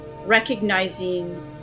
recognizing